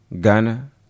Ghana